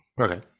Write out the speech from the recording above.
Okay